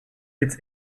its